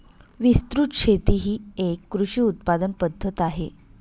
विस्तृत शेती ही एक कृषी उत्पादन पद्धत आहे